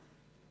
ב.